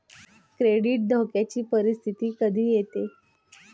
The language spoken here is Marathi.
क्रेडिट धोक्याची परिस्थिती कधी येते